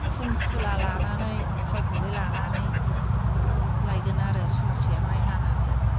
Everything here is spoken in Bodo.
खुन थुला लानानै थाव गुबै लानानै लायगोन आरो संसे माइ हानानै